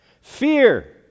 Fear